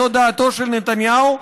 זאת דעתו של נתניהו,